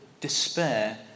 despair